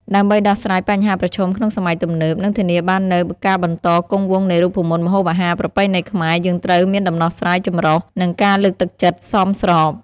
ដើម្បីដោះស្រាយបញ្ហាប្រឈមក្នុងសម័យទំនើប និងធានាបាននូវការបន្តគង់វង្សនៃរូបមន្តម្ហូបអាហារប្រពៃណីខ្មែរ យើងត្រូវមានដំណោះស្រាយចម្រុះ និងការលើកទឹកចិត្តសមស្រប។